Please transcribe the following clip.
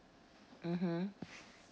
mmhmm